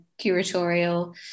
curatorial